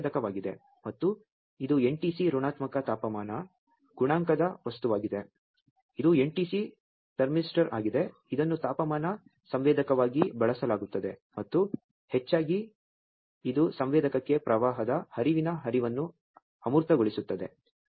ಇದು ಸಂವೇದಕವಾಗಿದೆ ಮತ್ತು ಇದು NTC ಋಣಾತ್ಮಕ ತಾಪಮಾನ ಗುಣಾಂಕದ ವಸ್ತುವಾಗಿದೆ ಇದು NTC ಥರ್ಮಿಸ್ಟರ್ ಆಗಿದೆ ಇದನ್ನು ತಾಪಮಾನ ಸಂವೇದಕವಾಗಿ ಬಳಸಲಾಗುತ್ತದೆ ಮತ್ತು ಹೆಚ್ಚಾಗಿ ಇದು ಸಂವೇದಕಕ್ಕೆ ಪ್ರವಾಹದ ಹರಿವಿನ ಹರಿವನ್ನು ಅಮೂರ್ತಗೊಳಿಸುತ್ತದೆ